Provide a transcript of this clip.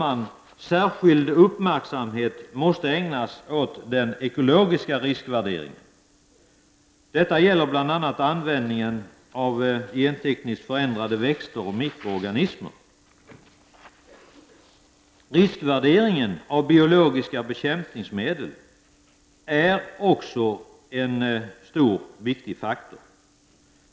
Man måste ägna särskild uppmärksamhet åt den ekologiska riskvärderingen. Detta gäller bl.a. användningen av gentekniskt förändrade växter och mikroorganismer. Riskvärderingen när det gäller biologiska bekämpningsmedel är också en viktig faktor.